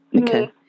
okay